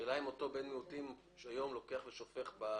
השאלה אם אותו בן מיעוטים שופך היום בחוץ.